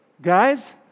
guys